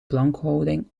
plankhouding